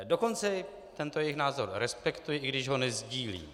Dokonce tento jejich návrh respektuji, i když ho nesdílím.